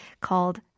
called